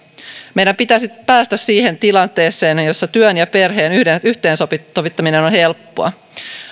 meidän pitäisi päästä siihen tilanteeseen jossa työn ja perheen yhteensovittaminen on on helppoa